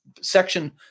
section